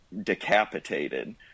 decapitated